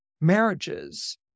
marriages